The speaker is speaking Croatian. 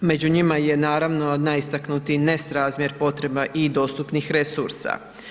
Među njima je naravno najistaknutiji nerazmjer potreba i dostupnih resursa.